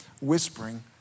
whispering